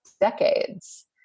decades